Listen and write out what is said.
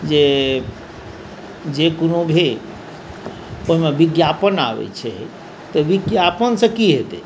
जे जे कोनो भी ओहिमे विज्ञापन आबैत छै तऽ विज्ञापनसँ की हेतै